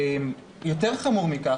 יותר חמור מכך,